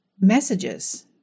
messages